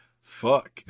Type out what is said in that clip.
fuck